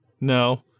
No